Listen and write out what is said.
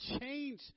change